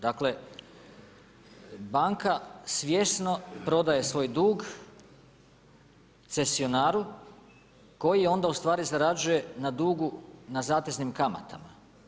Dakle banka svjesno prodaje svoj dug cesionaru koji onda ustvari zarađuje na dugu na zateznim kamatama.